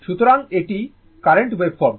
সুতরাং এটি current waveform